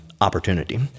opportunity